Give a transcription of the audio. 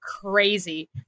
crazy